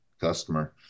customer